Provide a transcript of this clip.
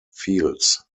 fields